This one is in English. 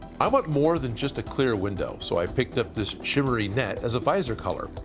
i want more than just a clear window. so i picked up this shimmery net as a visor color.